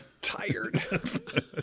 tired